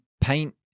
paint